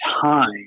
time